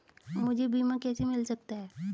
मुझे बीमा कैसे मिल सकता है?